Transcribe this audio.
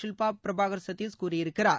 சில்பா பிரபாகர் சத்தீஷ் கூறியிருக்கிறார்